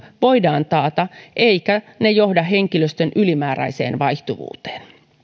voidaan taata eivätkä ne johda henkilöstön ylimääräiseen vaihtuvuuteen